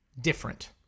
different